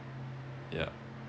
yup